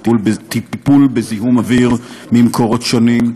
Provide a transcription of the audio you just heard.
טיפול בזיהום אוויר ממקורות שונים,